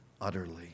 utterly